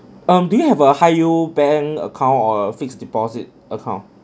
um do you have a high yield bank account or fixed deposit account